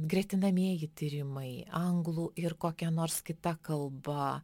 gretinamieji tyrimai anglų ir kokia nors kita kalba